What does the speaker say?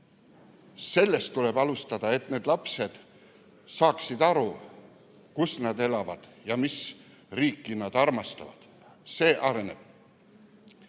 Sellest tuleb alustada, et need lapsed saaksid aru, kus nad elavad ja mis riiki nad armastavad. See areneb.